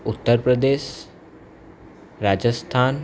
Uttar Pradesh Rajasthan